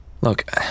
Look